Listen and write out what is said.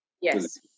Yes